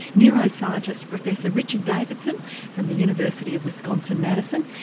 neuroscientist professor richard davidson from the university of wisconsin, madison,